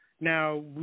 Now